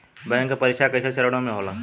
bank के परीक्षा कई चरणों में होखेला